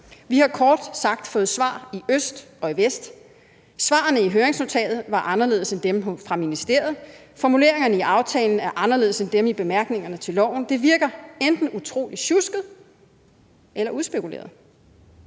Vi har kort sagt fået svar i øst og i vest. Svarene i høringsnotatet var anderledes end dem fra ministeriet og formuleringerne i aftalen er anderledes end dem i bemærkningerne til loven. Det virker enten utrolig sjusket eller udspekuleret.